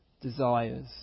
desires